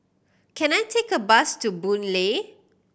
can I take a bus to Boon Lay